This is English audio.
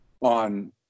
on